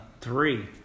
three